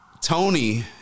Tony